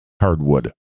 hardwood